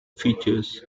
features